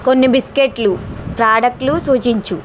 కొన్ని బిస్కెట్లు ప్రోడక్టులు సూచించుము